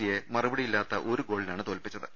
സിയെ മറുപടി യില്ലാത്ത ഒരു ഗോളിനാണ് തോൽപ്പിച്ചത്